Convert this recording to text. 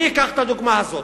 אני אקח את הדוגמה הזאת: